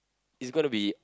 it's gonna be